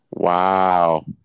Wow